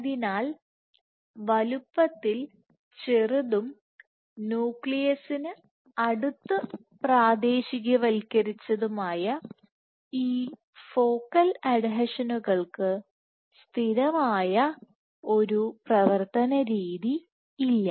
അതിനാൽ വലിപ്പത്തിൽ ചെറുതും ന്യൂക്ലിയസിനടുത്ത് പ്രാദേശികവൽക്കരിച്ചതുമായ ഈ ഫോക്കൽ അഡ്ഹീഷകൾക്ക്സ്ഥിരമായ ഒരു പ്രവർത്തനരീതിയില്ല